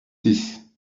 six